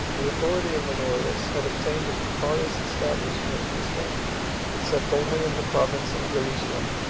the authority of honorius had obtained a precarious establishment in spain except only in the province of gallicia,